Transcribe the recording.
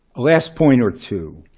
last point or two.